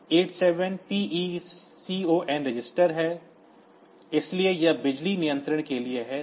87 PECON register है इसलिए यह बिजली नियंत्रण के लिए है